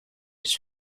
his